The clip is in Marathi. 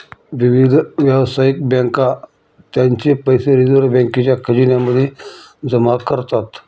विविध व्यावसायिक बँका त्यांचे पैसे रिझर्व बँकेच्या खजिन्या मध्ये जमा करतात